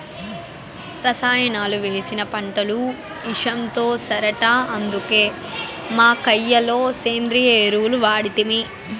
రసాయనాలు వేసిన పంటలు ఇసంతో సరట అందుకే మా కయ్య లో సేంద్రియ ఎరువులు వాడితిమి